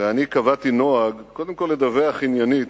ואני קבעתי נוהג, קודם כול לדווח עניינית,